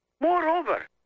Moreover